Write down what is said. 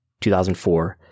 2004